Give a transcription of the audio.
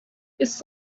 its